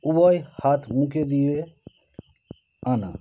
উভয় হাত মুখে দিয়ে আনা